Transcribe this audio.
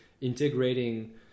integrating